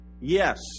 yes